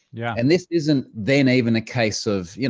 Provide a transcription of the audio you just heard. yeah and this isn't then even a case of, yeah